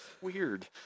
weird